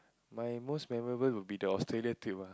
my most memorable would be the Australia trip ah